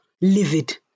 livid